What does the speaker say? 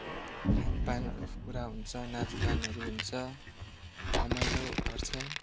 खानपानहरू पुरा हुन्छ नाचगानहरू हुन्छ रमाइलो गर्छ